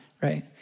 right